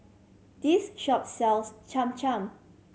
this shop sells Cham Cham